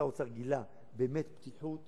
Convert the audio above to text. שר האוצר גילה באמת פתיחות